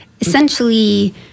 essentially